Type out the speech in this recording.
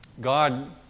God